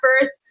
first